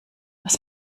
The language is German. was